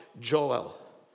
joel